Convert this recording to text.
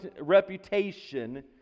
reputation